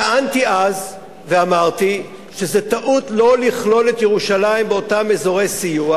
טענתי אז ואמרתי שזו טעות לא לכלול את ירושלים באותם אזורי סיוע,